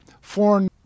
foreign